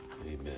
Amen